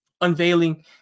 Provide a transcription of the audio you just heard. unveiling